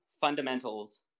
fundamentals